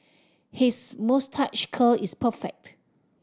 his moustache curl is perfect